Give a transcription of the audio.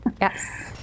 Yes